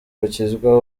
bakizwa